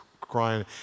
crying